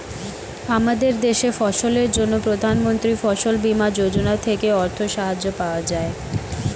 আমাদের দেশে ফসলের জন্য প্রধানমন্ত্রী ফসল বীমা যোজনা থেকে অর্থ সাহায্য পাওয়া যায়